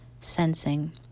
sensing